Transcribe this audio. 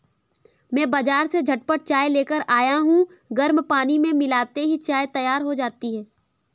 मैं बाजार से झटपट चाय लेकर आया हूं गर्म पानी में मिलाते ही चाय तैयार हो जाती है